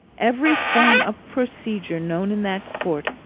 every form of procedure known in that court,